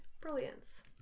Brilliance